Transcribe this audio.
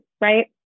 right